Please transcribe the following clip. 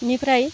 बेनिफ्राय